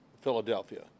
Philadelphia